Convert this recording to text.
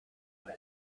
was